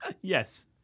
Yes